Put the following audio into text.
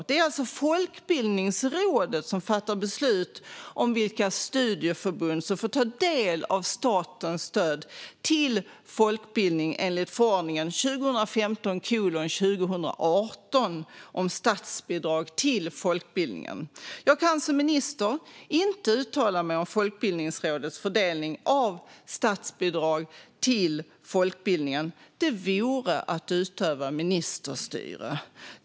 Det är alltså Folkbildningsrådet som fattar beslut om vilka studieförbund som får ta del av statens stöd till folkbildning, enligt förordningen om statsbidrag till folkbildningen. Jag kan som minister inte uttala mig om Folkbildningsrådets fördelning av statsbidrag till folkbildningen. Det vore att utöva ministerstyre.